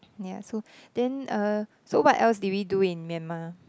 ya so then uh so what else did we do in Myanmar